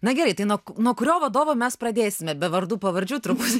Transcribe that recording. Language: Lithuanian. na gerai tai nuo nuo kurio vadovo mes pradėsime be vardų pavardžių turbūt